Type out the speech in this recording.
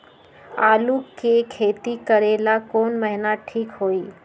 आलू के खेती करेला कौन महीना ठीक होई?